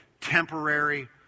temporary